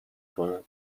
کند